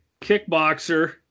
kickboxer